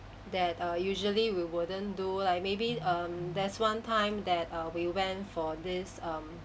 that are usually we wouldn't do like maybe um there's one time that err we went for this um